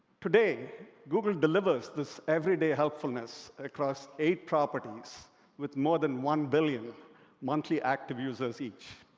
today, google delivers this everyday helpfulness across eight properties with more than one billion monthly active users each.